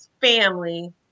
family